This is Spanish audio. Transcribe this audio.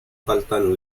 faltan